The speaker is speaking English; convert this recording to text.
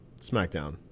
SmackDown